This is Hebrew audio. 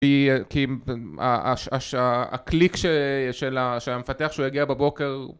שהקליק של המפתח שהוא יגיע בבוקר.